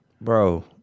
Bro